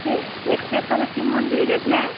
সেই এক্তেশ্বরের শিব মন্দিরে গিয়েছিলে